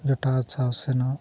ᱡᱚᱴᱟᱣ ᱥᱟᱶ ᱥᱮᱱᱚᱜ